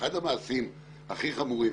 אחד המעשים הכי חמורים,